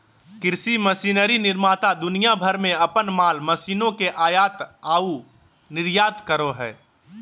कृषि मशीनरी निर्माता दुनिया भर में अपन माल मशीनों के आयात आऊ निर्यात करो हइ